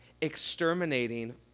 exterminating